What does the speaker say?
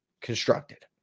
constructed